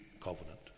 covenant